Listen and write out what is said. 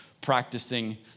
practicing